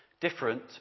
different